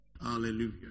Hallelujah